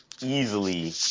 easily